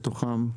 מתוכם,